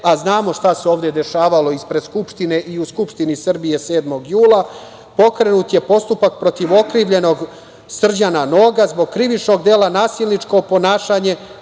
a znamo šta se ovde dešavalo ispred Skupštine i u Skupštini Srbije 7. jula. Pokrenut je postupak protiv okrivljenog Srđana Noga zbog krivičnog dela - nasilničko ponašanje